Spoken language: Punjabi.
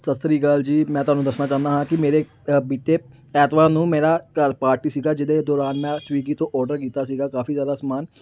ਸਤਿ ਸ਼੍ਰੀ ਅਕਾਲ ਜੀ ਮੈਂ ਤੁਹਾਨੂੰ ਦੱਸਣਾ ਚਾਹੁੰਦਾ ਹਾਂ ਕਿ ਮੇਰੇ ਬੀਤੇ ਐਤਵਾਰ ਨੂੰ ਮੇਰੇ ਘਰ ਪਾਰਟੀ ਸੀਗਾ ਜਿਹਦੇ ਦੌਰਾਨ ਮੈਂ ਸਵੀਗੀ ਤੋਂ ਔਰਡਰ ਕੀਤਾ ਸੀਗਾ ਕਾਫ਼ੀ ਜ਼ਿਆਦਾ ਸਮਾਨ